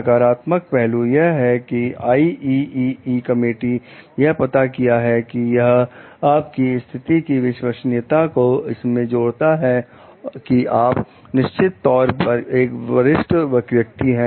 सकारात्मक पहलू यह है कि आई ई ई कमेटी यह पता किया है कि यह आप की स्थिति की विश्वसनीयता को इसमें जोड़ता है कि आप निश्चित तौर पर एक वरिष्ठ व्यक्ति हैं